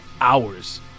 hours